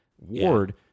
Ward